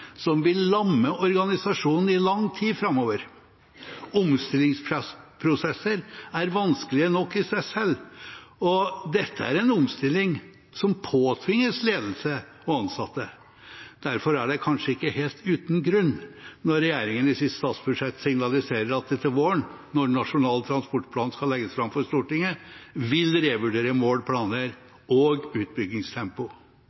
som vil lamme organisasjonen i lang tid framover. Omstillingsprosesser er vanskelige nok i seg selv, og dette er en omstilling som påtvinges ledelse og ansatte. Derfor er det kanskje ikke helt uten grunn når regjeringen i sitt statsbudsjett signaliserer at de til våren, når Nasjonal transportplan skal legges fram for Stortinget, vil revurdere